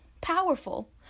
powerful